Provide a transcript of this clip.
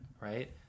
Right